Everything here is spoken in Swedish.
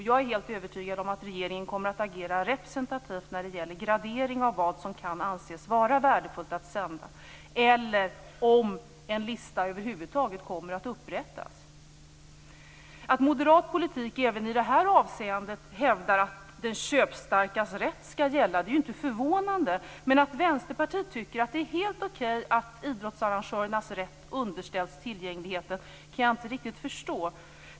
Jag är helt övertygad om att regeringen kommer att agera representativt när det gäller gradering av vad som kan anses vara värdefullt att sända, om en lista över huvud taget kommer att upprättas. Att moderat politik även i detta avseende hävdar att den köpstarkas rätt skall gälla är inte förvånande. Men att Vänsterpartiet tycker att det är helt okej att idrottsarrangörernas rätt underställs tillgängligheten kan jag inte riktigt förstå.